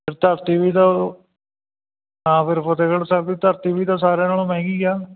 ਫਿਰ ਧਰਤੀ ਵੀ ਤਾਂ ਉਹ ਹਾਂ ਫਿਰ ਫਤਿਹਗੜ੍ਹ ਸਾਹਿਬ ਦੀ ਧਰਤੀ ਵੀ ਤਾਂ ਸਾਰਿਆਂ ਨਾਲੋਂ ਮਹਿੰਗੀ ਆ